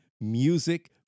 Music